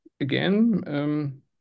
again